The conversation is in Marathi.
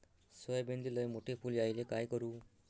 सोयाबीनले लयमोठे फुल यायले काय करू?